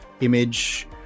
image